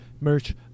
merch